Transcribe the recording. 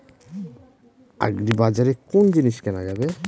আগ্রিবাজারে কোন জিনিস কেনা যাবে?